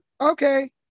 Okay